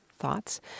thoughts